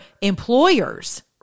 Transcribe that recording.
employers